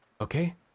Okay